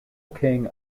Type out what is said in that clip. king